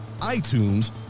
iTunes